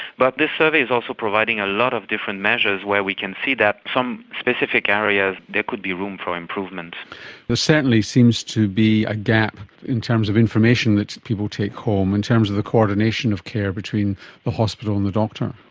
but this survey is also providing a lot of different measures where we can see that in some specific areas there could be room for improvement. there certainly seems to be a gap in terms of information that people take home in terms of the coordination of care between the hospital and the doctor.